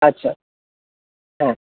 আচ্ছা হ্যাঁ